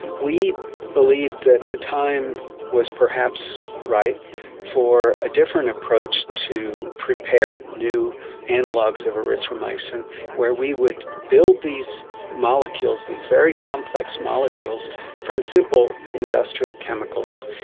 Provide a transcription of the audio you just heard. we believed that the time was perhaps right for a different approach to prepare new analogues of erythromycin where we would build these molecules, these very complex molecules from simple industrial chemicals.